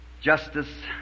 Justice